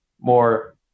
more